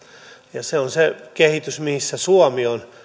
ja se on se kehitys missä suomi on